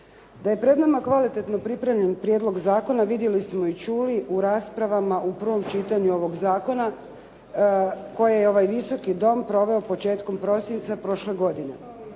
Da je pred nama kvalitetno pripremljen prijedlog zakona vidjeli smo i čuli u raspravama u prvom čitanju ovog zakona koje je ovaj Visoki dom proveo početkom prosinca prošle godine.